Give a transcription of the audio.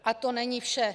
A to není vše!